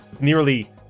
nearly